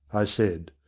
i said.